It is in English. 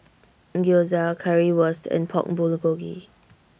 Gyoza Currywurst and Pork Bulgogi